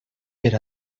per